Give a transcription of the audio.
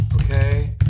Okay